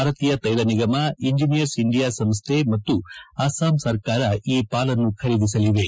ಭಾರತೀಯ ತೈಲ ನಿಗಮ ಎಂಜಿನಿಯರ್ಸ್ ಇಂಡಿಯಾ ಸಂಸ್ಥೆ ಮತ್ತು ಅಸ್ವಾಂ ಸರ್ಕಾರ ಈ ಪಾಲನ್ನು ಖರೀದಿಸಲಿವೆ